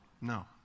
no